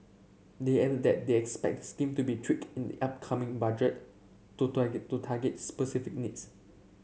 they added that they expect the scheme to be tweaked in the upcoming Budget to to target specific needs